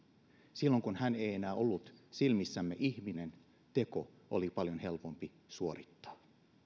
silloin kun hän ei ei enää ollut silmissämme ihminen teko oli paljon helpompi suorittaa